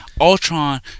Ultron